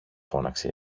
φώναξε